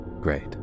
Great